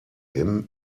him